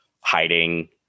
hiding